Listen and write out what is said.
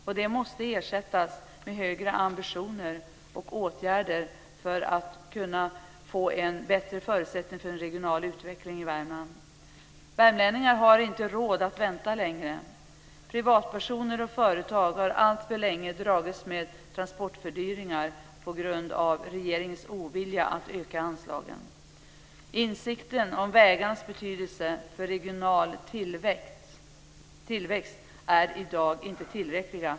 Man måste ha högre ambitioner och vidta åtgärder för en regional utveckling i Värmland. Värmlänningarna har inte råd att vänta längre. Privatpersoner och företag har alltför länge fått dras med transportfördyringar på grund regeringens ovillighet att minska anslagen. Insikten om vägarnas betydelse för regional tillväxt är i dag inte tillräcklig.